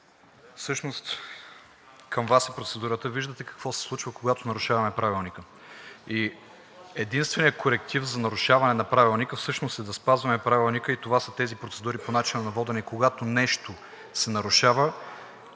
Всъщност към Вас е процедурата ми – виждате какво се случва, когато нарушаваме Правилника. И единственият коректив за нарушаване на Правилника всъщност е да спазваме Правилника и това са тези процедури по начина на водене – когато нещо се нарушава,